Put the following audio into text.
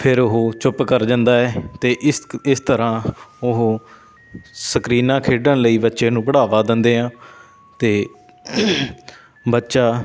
ਫਿਰ ਉਹ ਚੁੱਪ ਕਰ ਜਾਂਦਾ ਹੈ ਅਤੇ ਇਸ ਕ ਇਸ ਤਰ੍ਹਾਂ ਉਹ ਸਕਰੀਨਾਂ ਖੇਡਣ ਲਈ ਬੱਚੇ ਨੂੰ ਬੜਾਵਾ ਦਿੰਦੇ ਆ ਅਤੇ ਬੱਚਾ